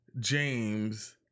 james